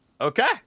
Okay